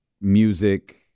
music